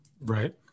right